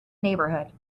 neighborhood